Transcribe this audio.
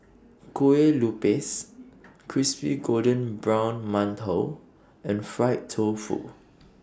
Kueh Lupis Crispy Golden Brown mantou and Fried Tofu